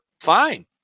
fine